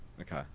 Okay